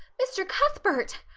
mr. cuthbert!